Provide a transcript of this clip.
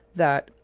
that,